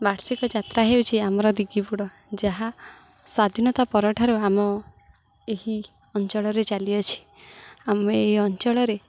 ବାର୍ଷିକ ଯାତ୍ରା ହେଉଛି ଆମର ଦିଗିପୁଡ଼ ଯାହା ସ୍ଵାଧୀନତା ପରଠାରୁ ଆମ ଏହି ଅଞ୍ଚଳରେ ଚାଲିଅଛି ଆମ ଏ ଅଞ୍ଚଳରେ